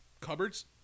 cupboards